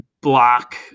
block